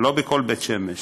זה לא בכל בית שמש.